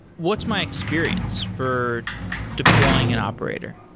what's my experience for deploying an operator?